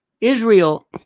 Israel